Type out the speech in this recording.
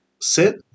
sit